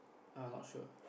I not sure